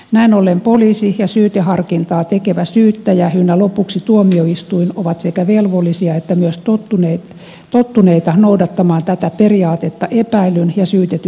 näin ollen poliisi ja syyteharkintaa tekevä syyttäjä ynnä lopuksi tuomioistuin ovat sekä velvollisia että myös tottuneita noudattamaan tätä periaatetta epäillyn ja syytetyn hyväksi